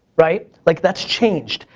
right? like that's changed,